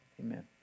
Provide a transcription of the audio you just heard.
Amen